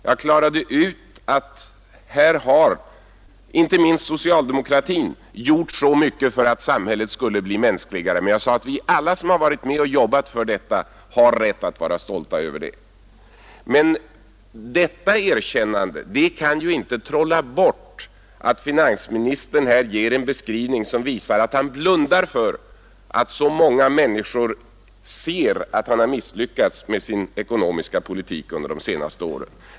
Jag förklarade att här har inte minst socialdemokratin gjort mycket för att samhället skulle bli mänskligare. Jag sade att vi alla som har varit med och arbetat på detta har rätt att vara stolta över det. Men detta erkännande kan ju inte trolla bort det faktum att finansministern här ger en beskrivning som visar att han blundar för att så många människor ser att han misslyckats med sin ekonomiska politik under de senaste åren.